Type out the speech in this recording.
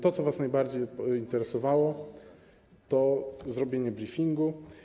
To, co was najbardziej interesowało, to zrobienie briefingu.